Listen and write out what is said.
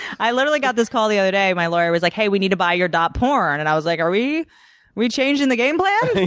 i literally got this call the other day. my lawyer was like hey, we need to buy your dot porn. and i was like, are we we changing the game plan?